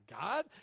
God